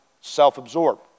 self-absorbed